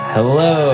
Hello